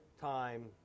time